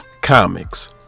comics